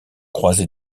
croisé